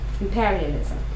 imperialism